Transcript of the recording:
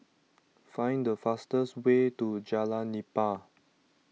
find the fastest way to Jalan Nipah